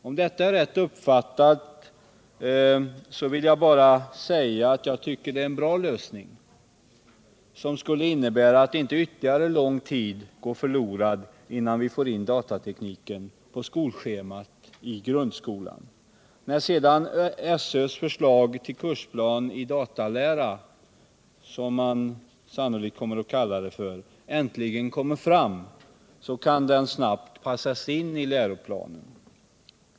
Om detta är rätt uppfattat vill jag bara säga, att jag tycker att det är en bra lösning som skulle innebära att inte ytterligare lång tid skulle gå förlorad innan vi får in datatekniken på schemat i grundskolan. När sedan SÖ:s förslag till kursplan i datalära, som ämnet sannolikt kommer att kallas, äntligen kommer fram, kan ämnet snabbt passas in i läroplanen.